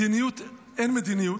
מדיניות "אין מדיניות",